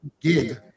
gig